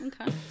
Okay